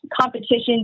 competition